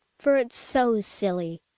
for it's so silly